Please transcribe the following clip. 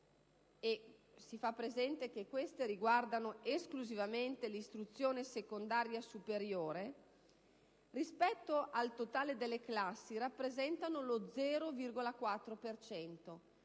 (si fa presente che esse sono esclusivamente quelle dell'istruzione secondaria superiore) rispetto al totale delle classi rappresentano lo 0,4